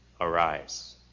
arise